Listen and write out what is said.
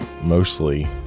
mostly